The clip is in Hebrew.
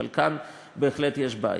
אבל כאן בהחלט יש בעיה.